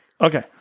Okay